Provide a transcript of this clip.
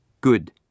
Good